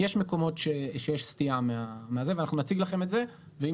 יש מקומות שיש סטייה מזה ואנחנו נציג לכם את זה ואם